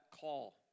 call